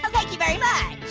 um thank you very much.